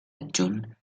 adjunt